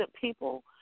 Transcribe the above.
people